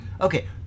Okay